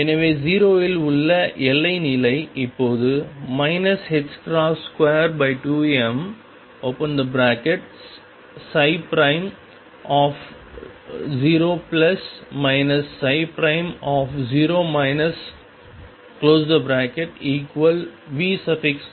எனவே 0 இல் உள்ள எல்லை நிலை இப்போது 22m0 0 V0ψ